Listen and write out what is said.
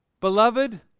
Beloved